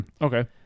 Okay